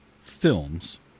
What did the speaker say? films